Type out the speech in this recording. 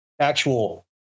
actual